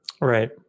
Right